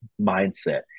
mindset